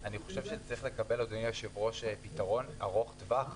אני חושב שצריך לקבל לזה פתרון ארוך טווח,